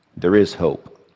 there is hope.